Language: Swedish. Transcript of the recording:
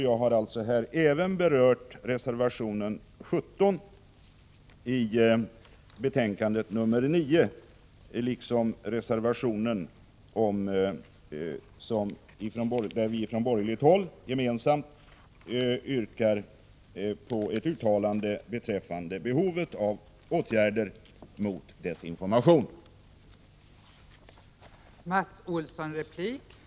Jag har även berört reservation 17 i betänkande 9 liksom reservation 18 i vilken vi från borgerligt håll gemensamt yrkar på ett uttalande beträffande behovet av åtgärder mot desinformation. Jag yrkar även bifall till dessa reservationer.